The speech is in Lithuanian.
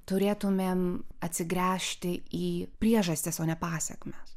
turėtumėm atsigręžti į priežastis o ne pasekmes